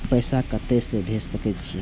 पैसा कते से भेज सके छिए?